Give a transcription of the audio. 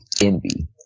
Envy